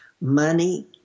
money